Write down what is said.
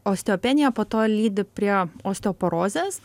osteopenija po to lydi prie osteoporozės